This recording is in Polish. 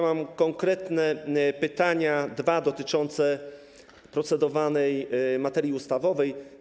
Mam dwa konkretne pytania dotyczące procedowanej materii ustawowej.